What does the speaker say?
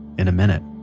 in a minute